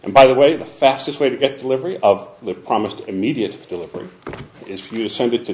and by the way the fastest way to get delivery of the promised immediate delivery is if you send it to